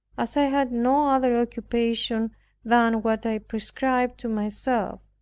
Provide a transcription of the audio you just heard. as i had no other occupation than what i prescribed to myself.